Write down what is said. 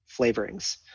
flavorings